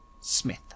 Smith